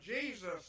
Jesus